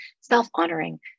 self-honoring